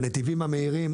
הנתיבים המהירים,